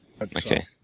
Okay